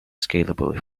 scalable